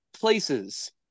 Places